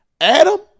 Adam